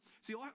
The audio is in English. See